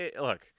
look